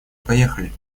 поехали